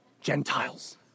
Gentiles